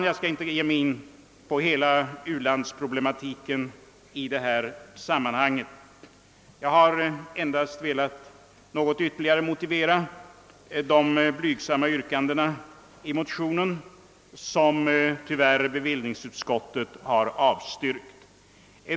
Jag skall inte ta upp hela u-landsproblematiken i detta sammanhang; jag har endast velat något ytterligare motivera de blygsamma yrkandena i motionen, som bevillningsutskottet tyvärr avstyrkt.